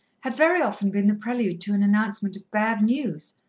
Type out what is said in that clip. had very often been the prelude to an announcement of bad news,